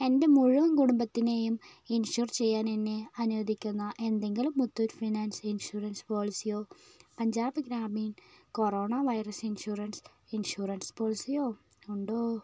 എൻ്റെ മുഴുവൻ കുടുംബത്തിനെയും ഇൻഷുർ ചെയ്യാൻ എന്നെ അനുവദിക്കുന്ന എന്തെങ്കിലും മുത്തൂറ്റ് ഫിനാൻസ് ഇൻഷുറൻസ് പോളിസിയോ Punjab Gramin corona virus insurance insurance പോളിസിയോ ഉണ്ടോ